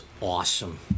awesome